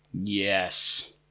Yes